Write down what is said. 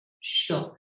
Sure